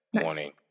morning